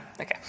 okay